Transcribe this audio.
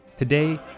Today